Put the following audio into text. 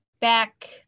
back